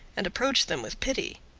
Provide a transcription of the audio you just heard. and approached them with pity.